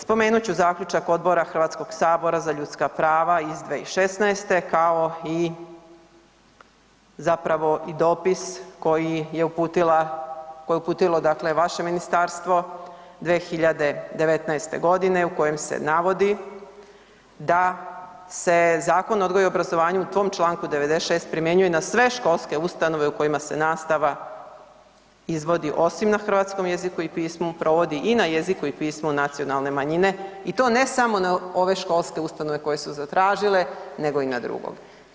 Spomenut ću zaključak Odbora HS-a za ljudska prava iz 2016. kao i zapravo i dopis koje je uputilo vaše ministarstvo 2019. godine u kojem se navodi da se Zakon o odgoju i obrazovanju u tom čl. 96. primjenjuje na sve školske ustanove u kojima se nastava izvodi osim na hrvatskom jeziku i pismu, provodi i na jeziku i pismu nacionalne manjine i to ne samo na ove školske ustanove koje su zatražile nego i na drugog.